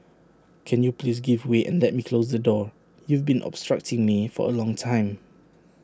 can you please give way and let me close the door you've been obstructing me for A long time